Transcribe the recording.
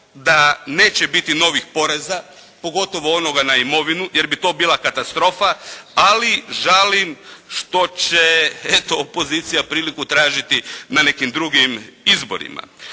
da neće biti novih poreza, pogotovo onoga na imovinu, jer bi to bila katastrofa, ali žalim što će eto opozicija priliku tražiti na nekim drugim izborima.